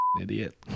idiot